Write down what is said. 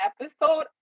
episode